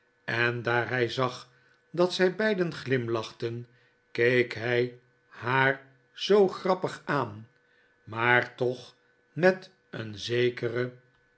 en daar hij zag dat zij beiden glimlachten keek hij haar zoo grappig aan maar toch met een zekere